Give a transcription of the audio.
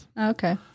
Okay